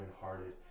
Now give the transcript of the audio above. hearted